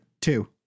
two